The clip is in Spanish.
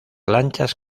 lanchas